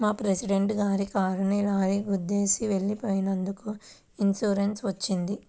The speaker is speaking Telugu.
మా ప్రెసిడెంట్ గారి కారుని లారీ గుద్దేసి వెళ్ళిపోయినందుకు ఇన్సూరెన్స్ వచ్చింది